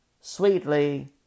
sweetly